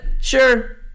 sure